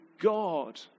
God